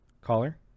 Caller